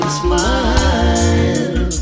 smile